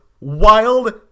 wild